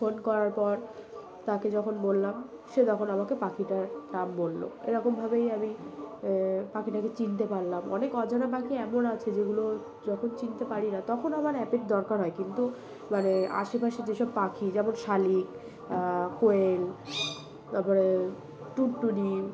phone করার পর তাকে যখন বললাম সে তখন আমাকে পাখিটার নাম বললো এরকমভাবেই আমি পাখিটাকে চিনতে পারলাম অনেক অজানা পাখি এমন আছে যেগুলো যখন চিনতে পারি না তখন আমার অ্যাপের দরকার হয় কিন্তু মানে আশেপাশে যেসব পাখি যেমন শালিক কোয়েল তারপরে টুুনটুনি